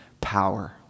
power